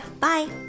Bye